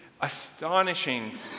astonishing